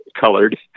colored